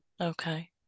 Okay